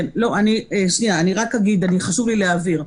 חשוב לי להבהיר,